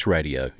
Radio